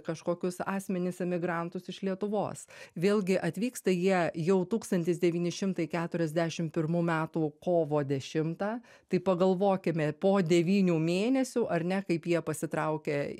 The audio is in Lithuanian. kažkokius asmenis emigrantus iš lietuvos vėlgi atvyksta jie jau tūkstantis devyni šimtai keturiasdešim pirmų metais kovo dešimtą tai pagalvokime po devynių mėnesių ar ne kaip jie pasitraukė